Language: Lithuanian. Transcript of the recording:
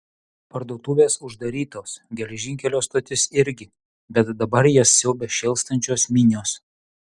parduotuvės uždarytos geležinkelio stotis irgi bet dabar jas siaubia šėlstančios minios